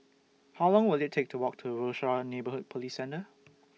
How Long Will IT Take to Walk to Rochor Neighborhood Police Centre